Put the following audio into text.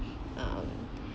um